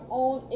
own